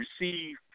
receive